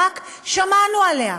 שמענו עליה,